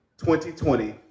2020